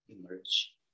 emerge